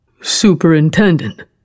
Superintendent